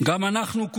גם אנחנו,